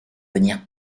venir